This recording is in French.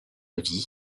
vie